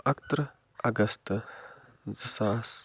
اَکہٕ ترٕٛہ اگست زٕ ساس